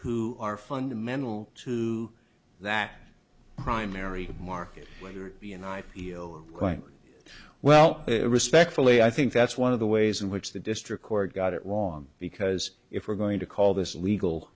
who are fundamental to that primary market whether it be an i p o or going well respectfully i think that's one of the ways in which the district court got it wrong because if we're going to call this legal